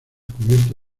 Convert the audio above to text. cubierta